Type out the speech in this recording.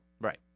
Right